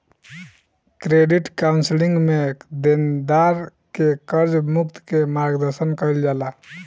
credit counselling में देनदार के कर्ज मुक्त के मार्गदर्शन कईल जाला